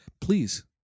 Please